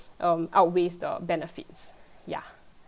um outweighs the benefits ya